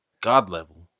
God-level